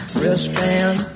Wristband